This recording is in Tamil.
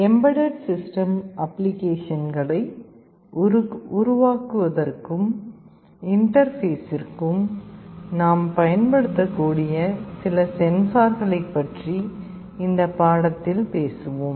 எம்பெட்டட் சிஸ்டம் அப்ளிகேஷன்களை உருவாக்குவதற்கும் இன்டர்பேஸிற்கும் நாம் பயன்படுத்தக்கூடிய சில சென்சார்களைப் பற்றி இந்த பாடத்தில் பேசுவோம்